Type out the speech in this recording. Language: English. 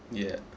ya